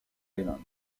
island